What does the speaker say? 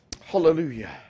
Hallelujah